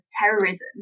terrorism